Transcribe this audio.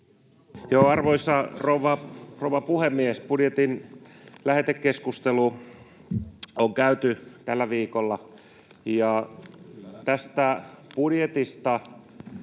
Arvoisa rouva puhemies! Budjetin lähetekeskustelu on käyty tällä viikolla.